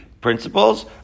principles